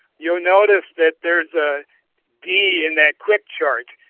you'll notice that there is a d in that quick chart,